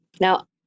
Now